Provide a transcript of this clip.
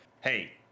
hey